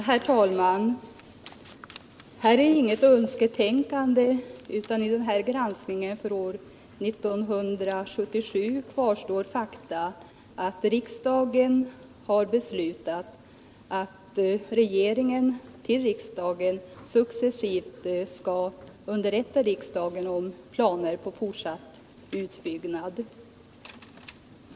Herr talman! Här är inget önsketänkande, utan från granskningen 1977 kvarstår det faktum att riksdagen har beslutat att regeringen successivt skall underrätta riksdagen om planer på fortsatt utbyggnad.